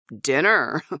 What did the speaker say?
dinner